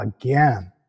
again